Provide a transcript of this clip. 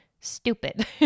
stupid